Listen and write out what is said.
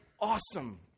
awesome